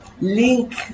link